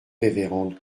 révérende